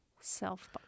Self